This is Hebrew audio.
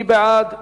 מי בעד?